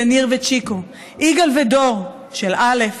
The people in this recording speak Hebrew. יניר וצ'יקו, יגאל ודור, של א',